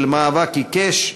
של מאבק עיקש,